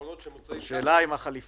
הפתרונות שמוצעים כאן --- השאלה אם החליפות